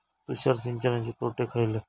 तुषार सिंचनाचे तोटे खयले?